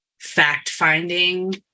fact-finding